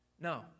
No